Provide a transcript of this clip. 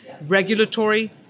regulatory